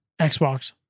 xbox